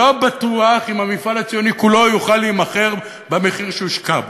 לא בטוח אם המפעל הציוני כולו יוכל להימכר במחיר שהושקע בו.